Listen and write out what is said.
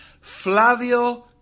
Flavio